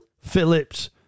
Phillips